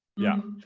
yeah.